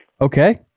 Okay